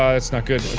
ah that's not good.